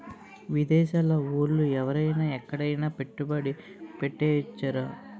విదేశాల ఓళ్ళు ఎవరైన ఎక్కడైన పెట్టుబడి ఎట్టేయొచ్చురా